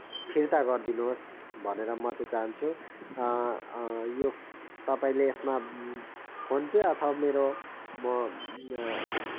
फिर्ता गर्दिनुहोस् भनेर म चाहिँ चाहन्छु यो तपाईँले यसमा फोन पे अथवा मेरो म